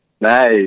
Nice